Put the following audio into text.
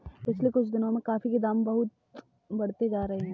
पिछले कुछ दिनों से कॉफी के दाम बहुत बढ़ते जा रहे है